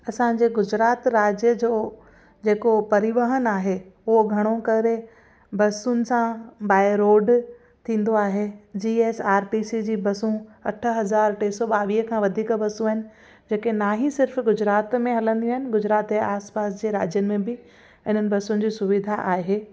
असांजे गुजरात राज्य जो जेको परिवहन आहे उहो घणो करे बसियुनि सां बाय रोड थींदो आहे G S R T C जी बसूं अठ हज़ार टे सौ ॿावीह खां वधीक बसूं आहिनि जेके ना हीअ सिर्फ़ु गुजरात में हलंदियूं आहिनि गुजरात जे आस पास जे राज्यनि में बि इन्हनि बसियुनि जी सुविधा आहे